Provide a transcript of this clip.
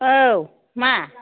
औ मा